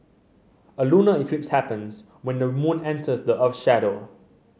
a lunar eclipse happens when the moon enters the earth's shadow